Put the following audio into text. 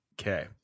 okay